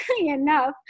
enough